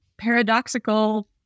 paradoxical